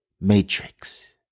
Matrix